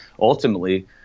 ultimately